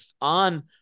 on